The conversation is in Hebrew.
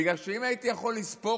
בגלל שאם הייתי יכול לספור,